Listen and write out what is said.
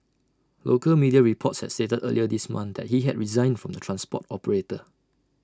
local media reports had stated earlier this month that he had resigned from the transport operator